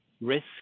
risk